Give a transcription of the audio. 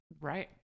Right